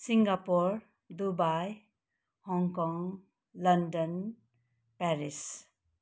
Singapore Dubai Hong Kong London Paris